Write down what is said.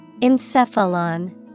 Encephalon